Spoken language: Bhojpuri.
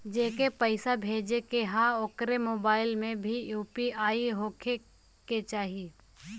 जेके पैसा भेजे के ह ओकरे मोबाइल मे भी यू.पी.आई होखे के चाही?